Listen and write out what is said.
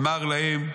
אמר להם:"